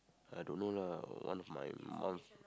I don't know lah one of my mum